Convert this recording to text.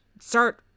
start